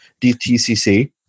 DTCC